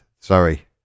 Sorry